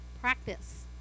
practice